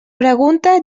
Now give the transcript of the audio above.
pregunta